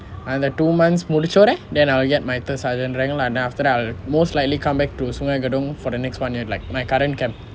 அந்த:antha two months முடிச்சோடனே:mudichodane then I'll get my third sergeant rank lor then after that I'll most likely come back to sungei gedong for the next one year like my current camp